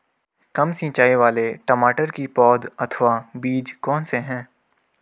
कम सिंचाई वाले टमाटर की पौध अथवा बीज कौन से हैं?